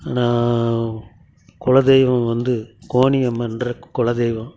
நான் குலதெய்வம் வந்து கோனியம்மன்ற குலதெய்வம்